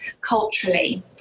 culturally